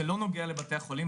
זה לא נוגע לבתי החולים.